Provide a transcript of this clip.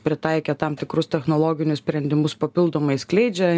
pritaikę tam tikrus technologinius sprendimus papildomai skleidžia